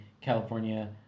California